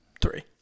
Three